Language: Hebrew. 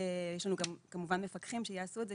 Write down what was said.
יש לנו גם כמובן מפקחים שיעשו את זה